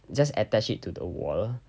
just attach it to the wall